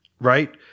right